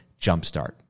jumpstart